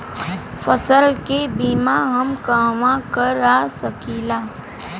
फसल के बिमा हम कहवा करा सकीला?